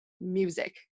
music